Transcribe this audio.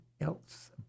else